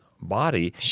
body